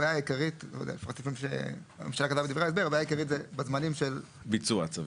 הבעיה העיקרית היא בזמנים של --- ביצוע הצווים.